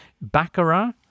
Baccarat